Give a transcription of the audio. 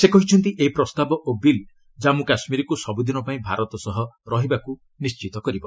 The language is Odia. ସେ କହିଛନ୍ତି ଏହି ପ୍ରସ୍ତାବ ଓ ବିଲ୍ ଜାମ୍ମ କାଶ୍ମୀରକୁ ସବୁଦିନ ପାଇଁ ଭାରତ ସହ ରହିବାକୁ ନିଶ୍ଚିତ କରିବ